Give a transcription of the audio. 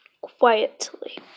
Quietly